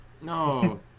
No